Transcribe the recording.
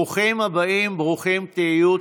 ברוכים הבאים, ברוכים תהיו.